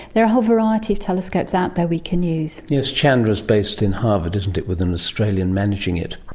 there are a whole variety of telescopes out there that we can use. yes, chandra's based in harvard, isn't it, with an australian managing it.